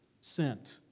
sent